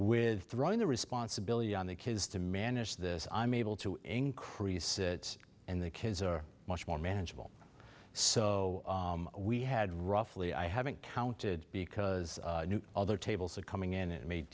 with throwing the responsibility on the kids to manage this i'm able to increase it and the kids are much more manageable so we had roughly i haven't counted because other tables are coming in